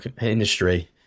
industry